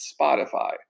spotify